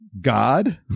God